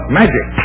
magic